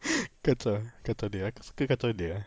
kacau kacau dia aku suka kacau dia eh